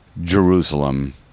jerusalem